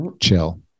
chill